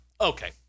Okay